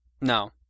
No